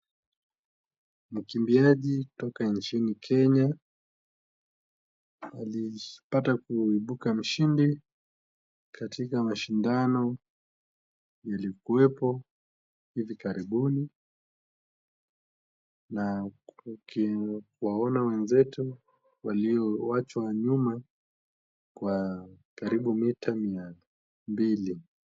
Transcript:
Mkimbiaji kutoka nchini Kenya. Amepata kuibuka mshindi katika mashindano yalikuwepo hivi karibuni na tukiwaona wenzetu waliowachwa nyuma kwa karibu mita mia mbili.